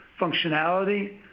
functionality